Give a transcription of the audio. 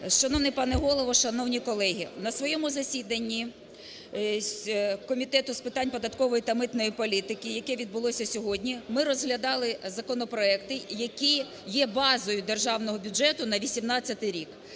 Шановний пане Голово, шановні колеги! На своєму засіданні Комітету з питань податкової та митної політики, яке відбулося сьогодні, ми розглядали законопроекти, які є базою Державного бюджету на 2018 рік.